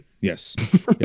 Yes